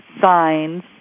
signs